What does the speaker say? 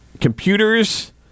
Computers